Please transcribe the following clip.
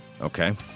Okay